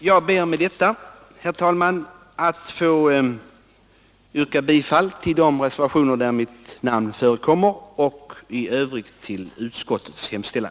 Jag ber med detta, herr talman, att få yrka bifall till de reservationer där mitt namn förekommer och i övrigt till utskottets hemställan.